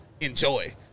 enjoy